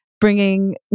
bringing